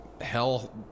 hell